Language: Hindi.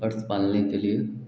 बर्ड्स पालने के लिए